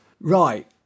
Right